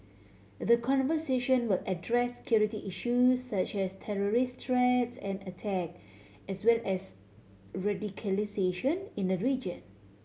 the conversation will address security issues such as terrorist threats and attack as well as radicalisation in the region